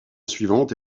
suivante